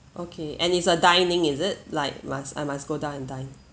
okay and is a dine in is it like must I must go down and dine